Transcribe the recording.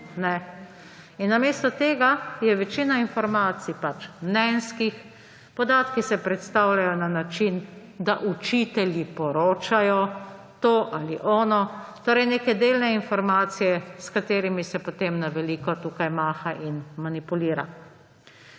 Namesto tega je večina informacij pač mnenjskih. Podatki se predstavljajo na način, da učitelji poročajo to ali ono; torej neke delne informacije, s katerimi se potem na veliko tukaj maha in manipulira.